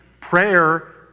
prayer